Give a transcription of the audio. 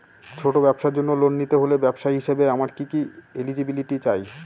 ছোট ব্যবসার জন্য লোন নিতে হলে ব্যবসায়ী হিসেবে আমার কি কি এলিজিবিলিটি চাই?